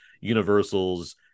Universal's